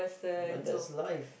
but that's life